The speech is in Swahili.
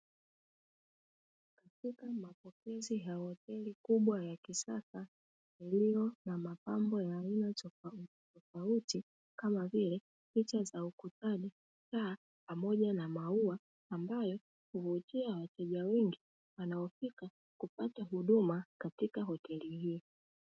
Katika mapokezi ya hoteli kubwa ya kisasa, iliyo na mapambo ya aina tofautitofauti, kama vile: picha za ukutani, taa pamoja na maua; ambayo huvutia wateja wengi wanaofika kupata huduma katika hoteli hiyo.